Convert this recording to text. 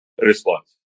response